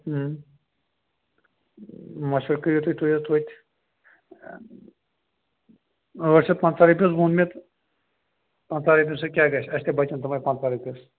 مشوَرٕ کٔرِو تُہۍ تُہۍ حظ توتہِ ٲٹھ شیٚتھ پنٛژاہ رۅپیہِ حظ ووٚن مےٚ پنٛژاہو رۅپیو سٍتۍ کیٛاہ گژھِ اسہِ تہِ بَچن تِمے پنٛژاہ رۅپیہِ حظ